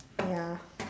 ya